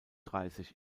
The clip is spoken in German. dreißig